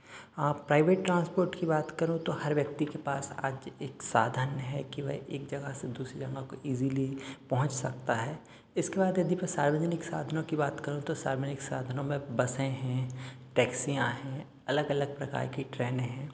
हाँ private transport की बात करूँ तो हर व्यक्ति के पास आज एक साधन है कि वह एक जगह से दूसरे जगह को इजीली पहुँच सकता है इसके बाद यदि सार्वजनिक साधनों की बात करूँ तो सार्वजनिक साधनों में बसें हैं टैक्सीयां हैं अलग अलग प्रकार की ट्रेन हैं